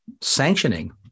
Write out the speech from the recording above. sanctioning